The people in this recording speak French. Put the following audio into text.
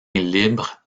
libre